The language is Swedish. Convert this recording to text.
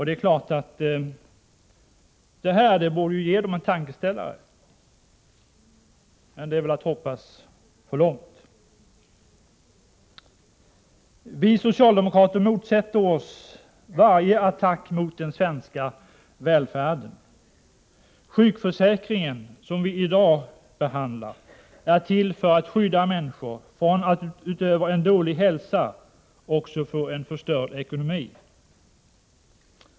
Det är klart att sådant borde ge de borgerliga partierna en tankeställare, men det är väl att hoppas för mycket. Vi socialdemokrater motsätter oss varje attack mot den svenska välfärden. Sjukförsäkringen, som vi i dag behandlar, är till för att skydda människor från att utöver en dålig hälsa också få en förstörd ekonomi.